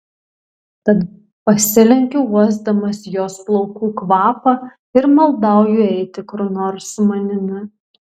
tad pasilenkiu uosdamas jos plaukų kvapą ir maldauju eiti kur nors su manimi